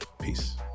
Peace